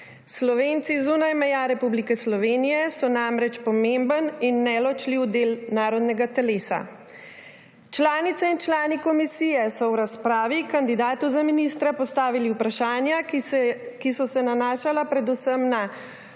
Slovenci zunaj meja Republike Slovenije so namreč pomemben in neločljiv del narodnega telesa. Članice in člani komisije so v razpravi kandidatu za ministra postavili vprašanja, ki so se nanašala predvsem na: